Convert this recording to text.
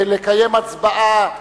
לקיים הצבעה שמית,